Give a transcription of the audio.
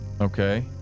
Okay